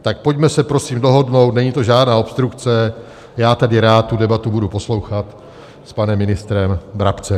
Tak pojďme se prosím dohodnout, není to žádná obstrukce, já tady rád tu debatu budu poslouchat s panem ministrem Brabcem.